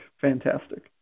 fantastic